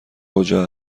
کجا